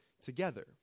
together